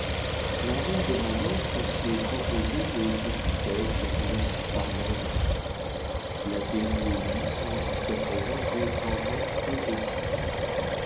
l'envers de mon hôte s'est composé de petitesses grossies par l'envie la pairie et lui sont jusqu'à présent deux tangentes impossibles